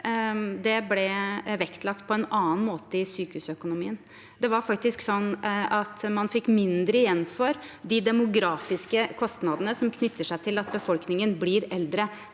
demografi vektlagt på en annen måte i sykehusøkonomien. Det var faktisk sånn at man fikk mindre igjen for de demografiske kostnadene som knytter seg til at befolkningen blir eldre.